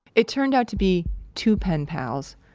it turned out to be two pen pals,